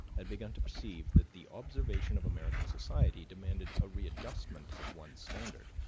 had begun to perceive that the observation of american society demanded a readjustment of one's standard.